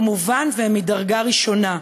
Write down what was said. וכמובן הם מדרגה ראשונה,